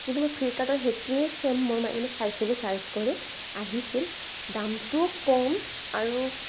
কিন্তু মই ফ্লিপকাৰ্টত সেইটোৱে চেম মই মানে চাইছিলোঁ চাৰ্ছ কৰি আহিছিল দামটো কম আৰু